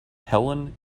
helen